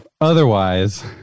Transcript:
otherwise